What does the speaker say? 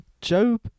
Job